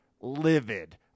livid